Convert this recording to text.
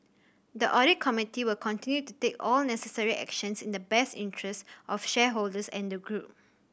the audit committee will continue to take all necessary actions in the best interest of the shareholders and the group